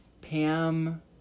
Pam